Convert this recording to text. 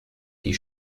die